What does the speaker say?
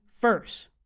first